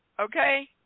Okay